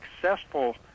successful